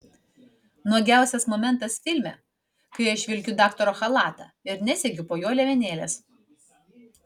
nuogiausias momentas filme kai aš vilkiu daktaro chalatą ir nesegiu po juo liemenėlės